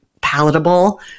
palatable